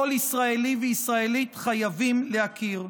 כל ישראלי וישראלית חייבים להכיר.